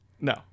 No